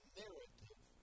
narrative